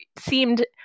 seemed –